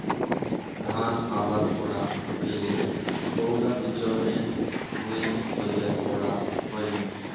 ধান আবাদ করা হইলে পৈলা বিচনের ভুঁই তৈয়ার করা হই